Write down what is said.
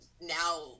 now